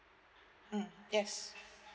mm yes